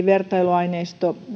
vertailuaineistosta